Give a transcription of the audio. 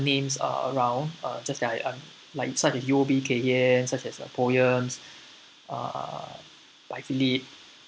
names uh around uh just that I I'm like such as U_O_B kay hian such as uh POEMS uh